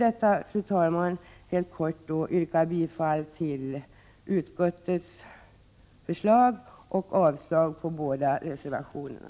Jag vill med detta yrka bifall till utskottets förslag och avslag på båda reservationerna.